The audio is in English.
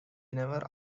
never